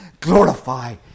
glorify